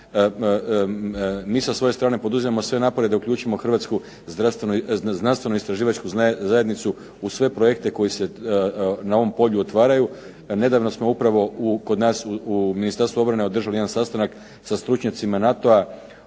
MI sa svoje strane poduzimamo sve napore da uključimo Hrvatsku u znanstveno istraživačku zajednicu u sve projekte koji se na ovom polju otvaraju. Nedavno smo upravo kod nas u Ministarstvu obrane održali jedan sastanak sa stručnjacima NATO-a